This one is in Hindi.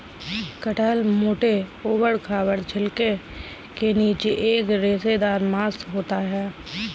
कटहल मोटे, ऊबड़ खाबड़ छिलके के नीचे एक रेशेदार मांस होता है